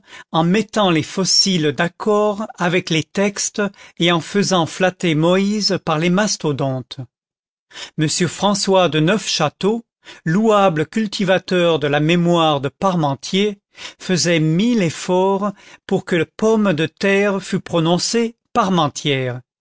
en mettant les fossiles d'accord avec les textes et en faisant flatter moïse par les mastodontes m françois de neufchâteau louable cultivateur de la mémoire de parmentier faisait mille efforts pour que pomme de terre fût prononcée